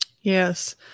Yes